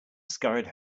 scurried